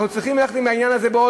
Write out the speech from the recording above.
אנחנו צריכים ללכת בעניין הזה יחד,